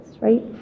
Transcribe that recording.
Right